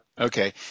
okay